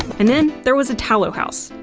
and then there was italo-house,